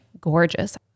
gorgeous